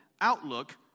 outlook